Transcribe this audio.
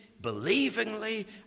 believingly